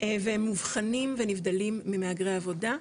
והם מובחנים ונבדלים ממהגרי העבודה,